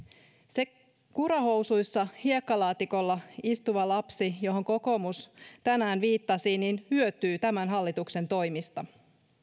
se kurahousuissa hiekkalaatikolla istuva lapsi johon kokoomus tänään viittasi hyötyy tämän hallituksen toimista